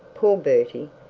poor bertie!